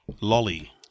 lolly